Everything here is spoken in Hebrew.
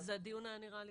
אז הדיון היה נראה לי...